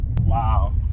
Wow